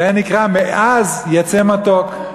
זה נקרא "מעז יֵצא מתוק".